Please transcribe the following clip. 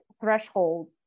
threshold